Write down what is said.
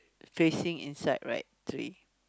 facing inside right three